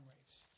rates